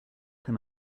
can